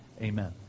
Amen